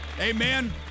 Amen